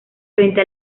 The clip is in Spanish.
frente